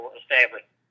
established